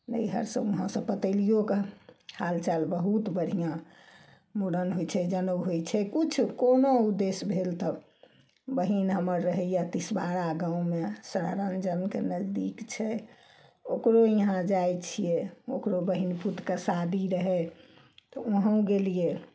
नैहर से ओम्हर से पतैलियोके हाल चाल बहुत बढ़िऑं मुड़न होइ छै जनउ होइ छै किछु कोनो उद्देश्य भेल तऽ बहीन हमर रहैया तिसबारा गाँवमे सहरा गाँवके नजदीक छै ओकरो इहाँ जाइ छियै ओकरो बहिन पुत के शादी रहै तऽ वहौँ गेलियै